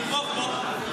תתמוך בו.